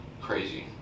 crazy